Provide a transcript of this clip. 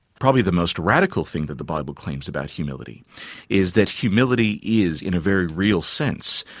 probably the most radical thing that the bible claims about humility is that humility is, in a very real sense,